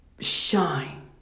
shine